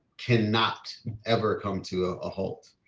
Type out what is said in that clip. cannot ever come to a ah halt.